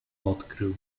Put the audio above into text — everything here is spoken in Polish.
odkrył